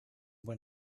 when